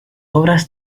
obras